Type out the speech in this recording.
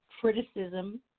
criticism